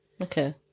Okay